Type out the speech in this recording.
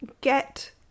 get